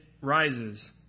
rises